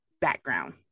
background